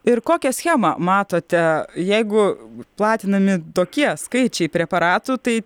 ir kokią schemą matote jeigu platinami tokie skaičiai preparatų tai